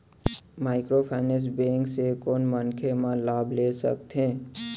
Microfinance bank से कोन मनखे मन लाभ ले सकथे?